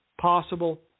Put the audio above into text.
possible